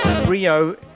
Rio